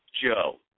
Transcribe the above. Joe